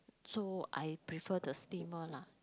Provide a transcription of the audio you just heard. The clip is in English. so I prefer the steamer lah